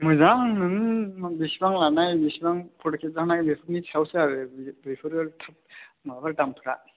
मोजां नोङो बेसेबांं लानाय बेसेबां फट' खेबजानाय बेफोरनि सायावसो आरो बेयो बेफोरो माबा दामफोरा